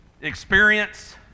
experience